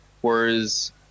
Whereas